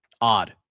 Odd